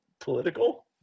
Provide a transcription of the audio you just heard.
political